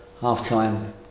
half-time